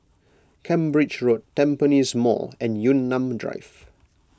Cambridge Road Tampines Mall and Yunnan Drive